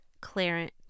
Clarence